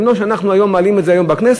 אם אנחנו מעלים את זה היום בכנסת,